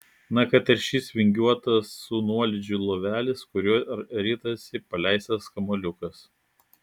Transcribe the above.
na kad ir šis vingiuotas su nuolydžiu lovelis kuriuo ritasi paleistas kamuoliukas